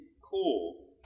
cool